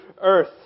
earth